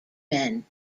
men